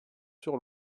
sur